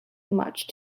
much